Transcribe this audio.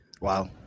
wow